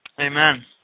Amen